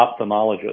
ophthalmologist